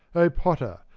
o potter!